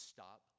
Stop